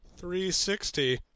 360